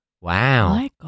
Wow